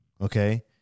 okay